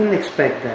expect